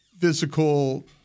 Physical